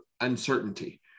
uncertainty